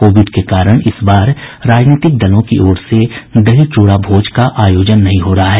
Covid के कारण इस बार राजनीतिक दलों की ओर से दही चूड़ा भोज का आयोजन नहीं हो रहा है